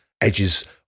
edges